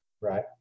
Right